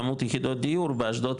כמות יחידות הדיור באשדוד,